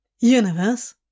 Universe